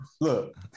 look